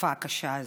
מהתקופה הקשה הזאת.